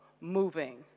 moving